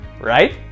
right